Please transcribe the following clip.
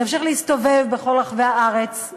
תמשיך להסתובב בכל רחבי הארץ,